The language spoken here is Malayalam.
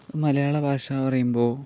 മലയാളഭാഷ പറയുമ്പോൾ